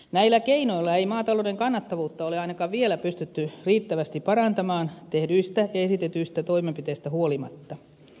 näillä keinoilla ei maatalouden kannattavuutta ole ainakaan vielä pystytty riittävästi parantamaan tehdyistä ja esitetyistä toimenpiteistä huolimatta